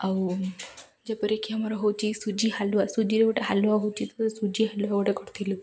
ଆଉ ଯେପରିକି ଆମର ହେଉଛି ସୁଜି ହାଲୁଆ ସୁଜିରେ ଗୋଟେ ହାଲୁଆ ହେଉଛି ସୁଜି ହାଲୁଆ ଗୋଟେ କରିଥିଲୁ